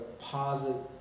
positive